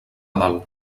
dalt